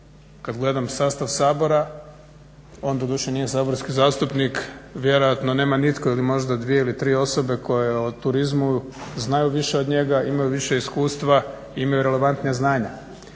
kad gledam sastav Sabora, on doduše nije saborski zastupnika, vjerojatno nema nitko ili možda 2 ili 3 osobe koje o turizmu znaju više od njega, imaju više iskustva, imaju relevantnija znanja.